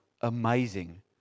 amazing